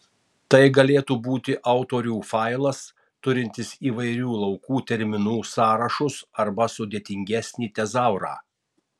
tai galėtų būti autorių failas turintis įvairių laukų terminų sąrašus arba sudėtingesnį tezaurą